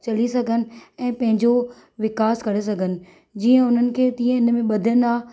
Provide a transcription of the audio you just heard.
चली सघनि ऐ पंहिंजो विकास करे सघनि जीअं हुनखे तीअं हिन में बधंदा